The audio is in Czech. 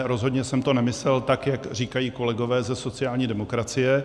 Rozhodně jsem to nemyslel tak, jak říkají kolegové ze sociální demokracie.